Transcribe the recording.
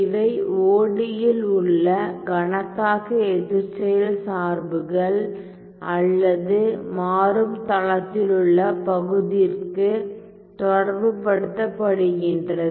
இவை ஒடியி ல் உள்ள கணத்தாக்கு எதிர்ச்செயல் சார்புகள் அல்லது மாறும் தளத்திலுள்ள பகுதிற்க்கு தொடர்புபடுத்தப்படுகின்றது